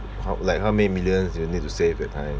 how like how many millions you need to save at time